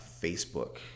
Facebook